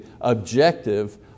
objective